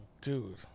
dude